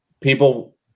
people